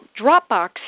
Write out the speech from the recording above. Dropbox